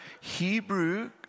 Hebrew